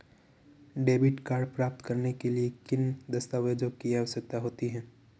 Debit card प्राप्त करने के लिए किन दस्तावेज़ों की आवश्यकता होती है?